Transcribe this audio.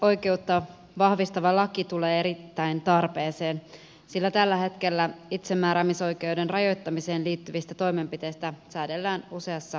itsemääräämisoikeutta vahvistava laki tulee erittäin tarpeeseen sillä tällä hetkellä itsemääräämisoikeuden rajoittamiseen liittyvistä toimenpiteistä säädellään useassa eri laissa